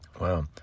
Wow